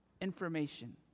information